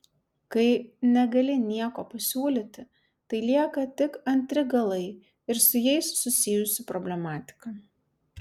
kai negali nieko pasiūlyti tai lieka tik antri galai ir su jais susijusi problematika